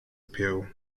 appeal